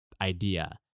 idea